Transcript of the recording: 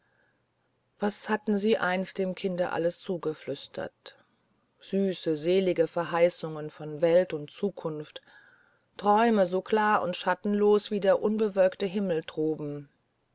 was hatten sie einst dem kinde alles zugeflüstert süße selige verheißungen von welt und zukunft träume so klar und schattenlos wie der unbewölkte himmel droben